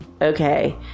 Okay